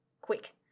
Quick